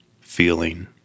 feeling